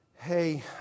hey